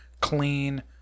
clean